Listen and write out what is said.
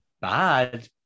bad